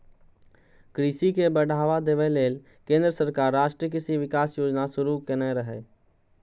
कृषि के बढ़ावा देबा लेल केंद्र सरकार राष्ट्रीय कृषि विकास योजना शुरू केने रहै